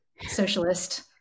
socialist